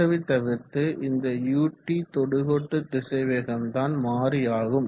மற்றவை தவிர்த்து இந்த ut தொடுக்கோட்டு திசைவேகம்தான் மாறி ஆகும்